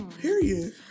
Period